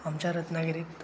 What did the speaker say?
आमच्या रत्नागिरीत